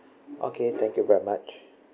okay thank you very much